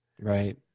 right